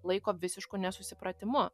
laiko visišku nesusipratimu